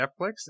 Netflix